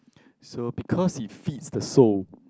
so because it fits the soul